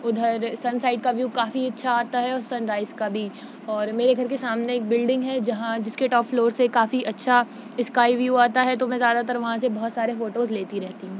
ادھر sun side view وییو کافی اچھا آتا ہے اور سن رائز کا بھی اور میرے گھر کے سامنے ایک بلڈنگ ہے جہاں جس کے ٹاپ فلور سے کافی اچھا اسکائی وییو آتا ہے تو میں زیادہ تر وہاں سے بہت سارے فوٹوز لیتی رہتی ہوں